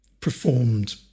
performed